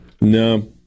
No